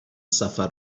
سفر